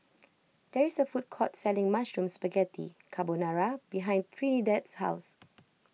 there is a food court selling Mushroom Spaghetti Carbonara behind Trinidad's house